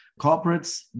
corporates